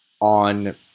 on